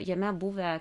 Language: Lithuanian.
jame buvę